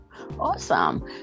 awesome